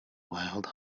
wild